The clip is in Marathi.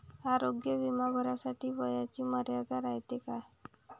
आरोग्य बिमा भरासाठी वयाची मर्यादा रायते काय?